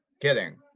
Kidding